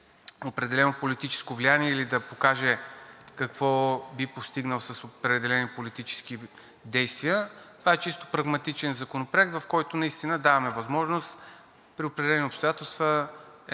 определено политическо влияние или да покаже какво би постигнал с определени политически действия. Това е чисто прагматичен законопроект, в който наистина даваме възможност при определени обстоятелства